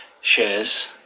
shares